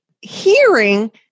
hearing